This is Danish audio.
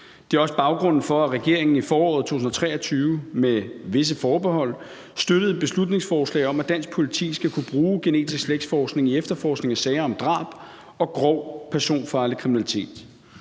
Det er også baggrunden for, at regeringen i foråret 2023 med visse forbehold støttede et beslutningsforslag om, at dansk politi skal kunne bruge genetisk slægtsforskning i efterforskningen af sager om drab og grov personfarlig kriminalitet.